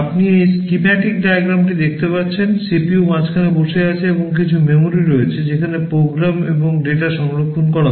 আপনি এই স্কিম্যাটিক ডায়াগ্রামটি সংরক্ষণ করা হয়